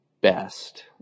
best